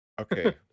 Okay